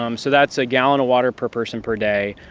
um so that's a gallon of water per person per day.